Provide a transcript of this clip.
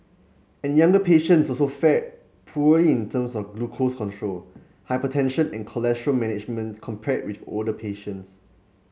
and younger patients so so fared poorly in terms of glucose control hypertension in cholesterol management compared with older patients